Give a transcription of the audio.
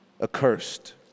accursed